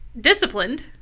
disciplined